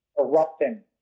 Erupting